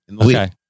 Okay